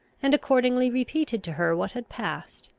and accordingly repeated to her what had passed.